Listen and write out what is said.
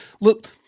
look